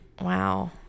Wow